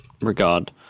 regard